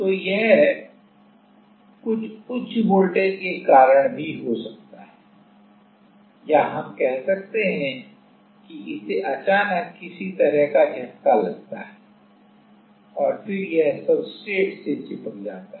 तो यह कुछ उच्च वोल्टेज के कारण भी हो सकता है या हम कह सकते हैं कि इसे अचानक किसी तरह का झटका लगता है और फिर यह सब्सट्रेट से चिपक जाता है